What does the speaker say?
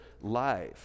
life